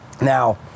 now